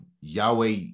Yahweh